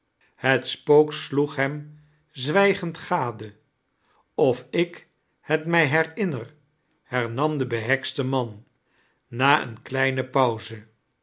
het spook sloeg hem zwrijgead gade of ik het mij herinner hernam de behekste man na eene kleine pauzei